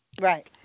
right